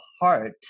heart